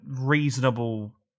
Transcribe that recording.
reasonable